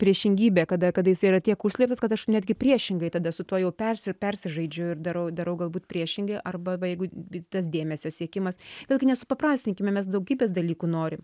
priešingybė kada kada jisai yra tiek užslėptas kad aš netgi priešingai tada su tuo jau persi persižaidžiu ir darau darau galbūt priešingai arba va jeigu tas dėmesio siekimas vėlgi nesupaprastinkime daugybės dalykų norim